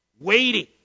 waiting